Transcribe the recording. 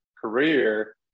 career